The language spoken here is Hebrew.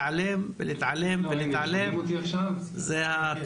אני אתחיל עם שתי הערות כללית שנאמרו בצורה כזו או אחרת על